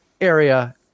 area